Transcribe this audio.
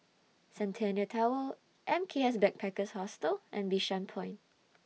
Centennial Tower M K S Backpackers Hostel and Bishan Point